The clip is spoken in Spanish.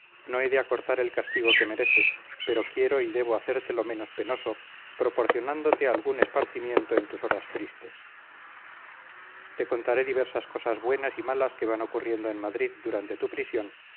no he de acortar el castigo que mereces pero quiero y debo hacértelo menos penoso proporcionándote algún esparcimiento en tus horas tristes te contaré diversas cosas buenas y malas que van ocurriendo en madrid durante tu prisión